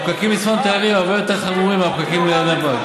הפקקים מצפון תל אביב הרבה יותר חמורים מהפקקים לנתב"ג.